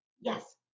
yes